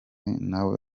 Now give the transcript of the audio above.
nawe